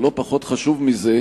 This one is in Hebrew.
אבל לא פחות חשוב מזה,